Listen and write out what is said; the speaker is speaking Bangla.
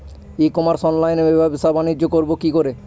ই কমার্স অনলাইনে ব্যবসা বানিজ্য করব কি করে?